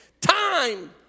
time